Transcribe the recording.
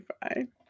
fine